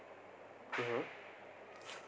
(uh huh)